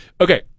okay